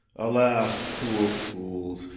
alas, poor fools,